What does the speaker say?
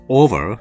over